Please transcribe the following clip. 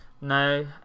No